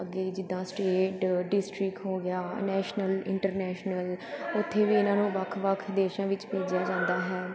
ਅੱਗੇ ਜਿੱਦਾਂ state district ਹੋ ਗਿਆ ਨੈਸ਼ਨਲ ਇੰਟਰਨੈਸ਼ਨਲ ਉੱਥੇ ਵੀ ਇਹਨਾਂ ਨੂੰ ਵੱਖ ਵੱਖ ਦੇਸ਼ਾਂ ਵਿੱਚ ਭੇਜਿਆ ਜਾਂਦਾ ਹੈ